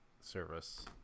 service